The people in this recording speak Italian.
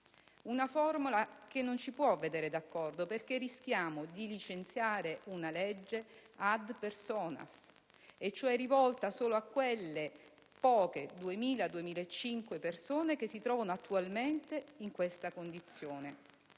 formula non può vederci d'accordo, perché rischiamo di licenziare una legge *ad personas*, cioè rivolta solo a quelle poche (2.000-2.500) persone che si trovano attualmente in questa condizione.